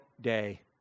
day